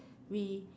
we